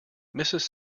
mrs